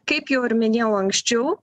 kaip jau ir minėjau anksčiau